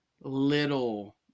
little